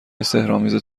سحرآمیز